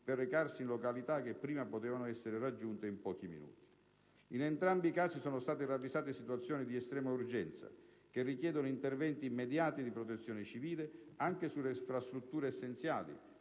per recarsi in località che prima potevano essere raggiunte in pochi minuti. In entrambi i casi sono state ravvisate situazioni di estrema urgenza che richiedono interventi immediati di protezione civile anche sulle infrastrutture essenziali,